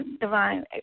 divine